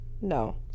No